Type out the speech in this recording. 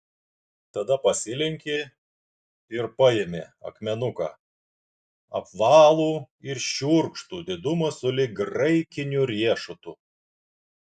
tada pasilenkė ir paėmė akmenuką apvalų ir šiurkštų didumo sulig graikiniu riešutu